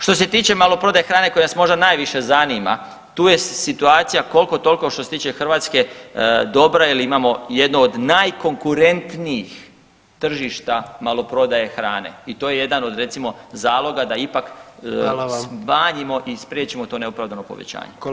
Što se tiče maloprodaje hrane koja vas možda zanima tu je situacija koliko toliko što se tiče Hrvatske dobra jer imamo jednu od najkonkurentnijih tržišta maloprodaje hrane i to je jedan od recimo zaloga da ipak [[Upadica: Hvala vam.]] smanjimo i spriječimo to neopravdano povećanje.